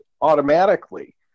automatically